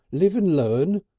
live and learn,